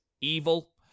Evil